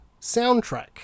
soundtrack